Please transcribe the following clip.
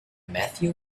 matthew